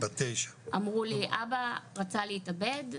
אמרו לי אבא רצה להתאבד,